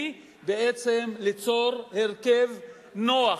היא בעצם ליצור הרכב נוח,